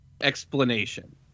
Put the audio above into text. explanation